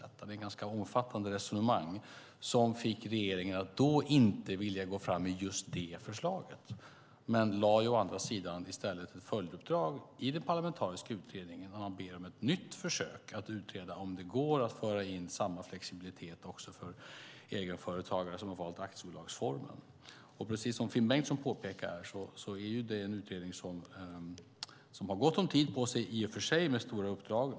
Det fördes ett ganska omfattande resonemang som fick regeringen att då inte vilja gå fram med just det förslaget, men regeringen gav å andra sidan ett följduppdrag till den parlamentariska utredningen och bad om ett nytt försök att utreda om det går att föra in samma flexibilitet för egenföretagare som gäller för dem som valt aktiebolagsformen. Precis som Finn Bengtsson påpekar har den utredningen gott om tid på sig med i och för sig stora uppdrag.